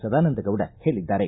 ಸದಾನಂದಗೌಡ ಹೇಳಿದ್ದಾರೆ